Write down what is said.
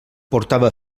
portava